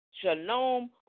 Shalom